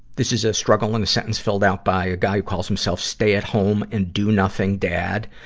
this is a struggle in a sentence filled out by a guy who calls himself stay at home and do nothing dad.